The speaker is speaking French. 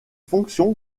fonction